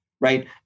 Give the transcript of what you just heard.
right